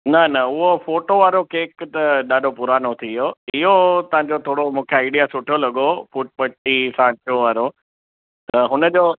न न उहो फ़ोटो वारो केक त ॾाढो पुरानो थी वियो इहो तव्हांजो थोरो आइडिया सुठो लॻो पट्टी सांचो वारो त हुनजो